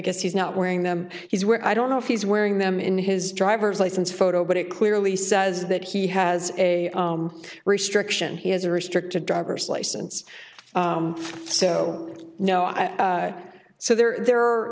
guess he's not wearing them he's where i don't know if he's wearing them in his driver's license photo but it clearly says that he has a restriction he has a restricted driver's license so no i so there are there are